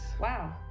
Wow